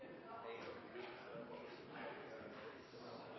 da er jeg